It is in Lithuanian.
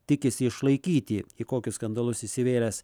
tikisi išlaikyti į kokius skandalus įsivėlęs